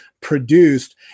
produced